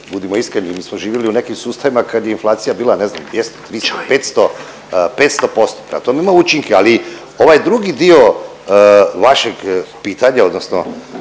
budimo iskreni mi smo živjeli u nekim sustavima kad je inflacija bila ne znam 200, 300, 500% prema tome ima učinke. Ali ovaj drugi vašeg pitanja odnosno